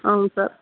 ಹ್ಞೂ ಸರ್